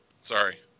Sorry